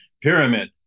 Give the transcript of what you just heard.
pyramid